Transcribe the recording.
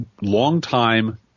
longtime